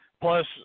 plus